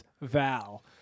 Val